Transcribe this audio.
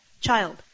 child